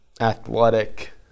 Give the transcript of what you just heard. athletic